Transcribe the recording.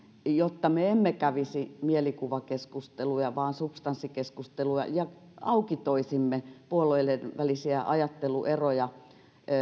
jotta me emme kävisi mielikuvakeskusteluja vaan substanssikeskustelua ja aukitoisimme puolueiden välisiä ajattelueroja